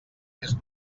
més